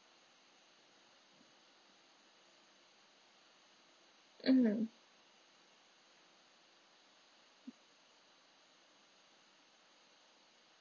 mm